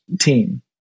team